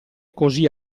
così